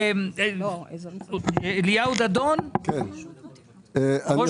אליהו דדון, ראש